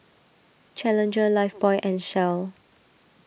Challenger Lifebuoy and Shell